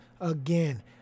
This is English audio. Again